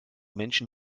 menschen